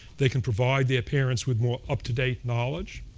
they can provide their parents with more up-to-date knowledge.